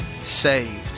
saved